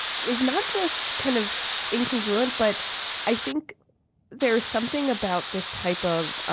is not just kind of incongruent. but i think there is something about this type of